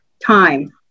Time